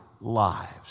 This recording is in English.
lives